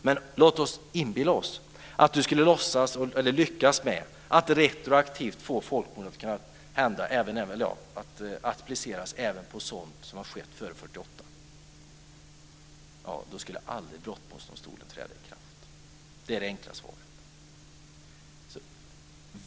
Men låt oss inbilla oss att han skulle lyckas med sin föresats att få begreppet folkmord att kunna appliceras retroaktivt även på sådant som skett före 1948. Ja, då skulle aldrig brottmålsdomstolen träda i kraft. Det är det enkla svaret.